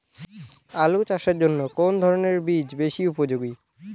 আলু চাষের জন্য কোন ধরণের বীজ বেশি উপযোগী?